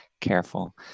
careful